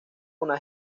una